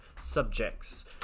subjects